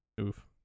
Oof